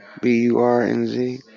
B-U-R-N-Z